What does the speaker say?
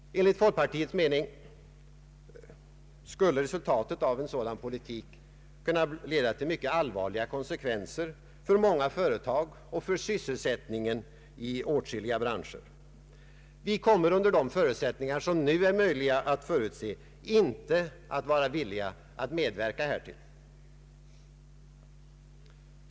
Enligt folkpartiets mening skulle resultatet av en sådan politik kunna leda till mycket allvarliga konsekvenser för många företag och för sysselsättningen i åtskilliga branscher. Vi kommer under de förutsättningar som nu är möjliga att förut se inte att vara villiga att medverka härtill.